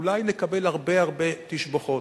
אולי נקבל הרבה תשבחות,